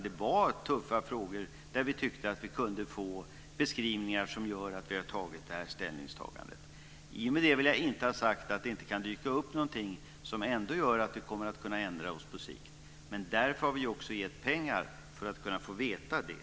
Det var tuffa frågor där vi tyckte att vi kunde få beskrivningar som ledde till att vi gjorde det här ställningstagandet. I och med det vill jag inte ha sagt att det inte kan dyka upp någonting som ändå gör att vi kommer att kunna ändra oss på sikt. Därför har vi också gett pengar för att kunna få veta det.